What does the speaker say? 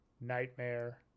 Nightmare